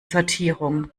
sortierung